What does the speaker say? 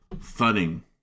thudding